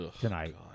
tonight